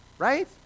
Right